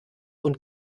und